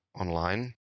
Online